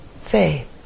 faith